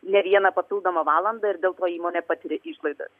ne vieną papildomą valandą ir dėl to įmonė patiria išlaidas